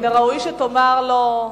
מן הראוי שתאמר לו,